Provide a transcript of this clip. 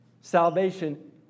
Salvation